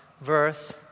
verse